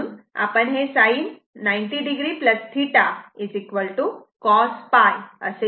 म्हणून आपण हे sin 90 o cos असे लिहू शकतो